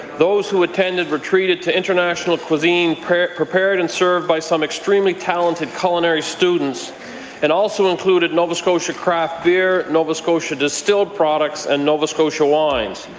those who attended were treated to international cuisine prepared and served by some extremely talented culinary students and also included nova scotia craft beer, nova scotia distilled products and nova scotia wines.